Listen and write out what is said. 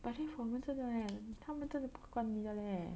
but then for 我们这种人他们真的不管你的 leh